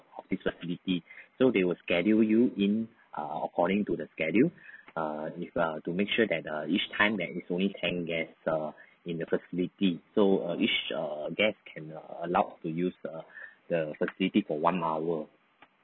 office facility so they will schedule you in err according to the schedule err this err to make sure that err each time there is only ten guests err in the facility so each err guest can err allowed to use the the facility for one hour